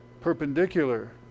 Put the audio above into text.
perpendicular